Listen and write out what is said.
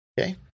Okay